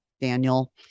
Daniel